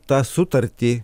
tą sutartį